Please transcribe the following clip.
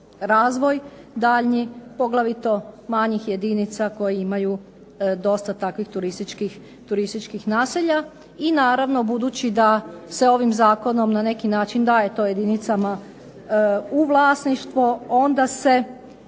razvoj daljnji poglavito manjih jedinica koje imaju dosta takvih turističkih naselja. I naravno budući da se ovim Zakonom na neki način daje to jedinicama u vlasništvo onda se